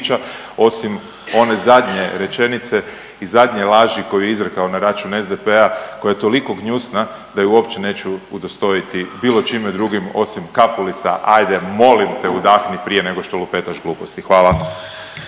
osim one zadnje rečenice i zadnje laži koju je izrekao na račun SDP-a koja je toliko gnjusna da je uopće neću udostojiti bilo čime drugim osim Kapulica hajde molim te udahni prije nego što lupetaš gluposti! Hvala.